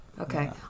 Okay